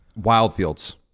wildfields